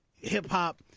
hip-hop